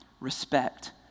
respect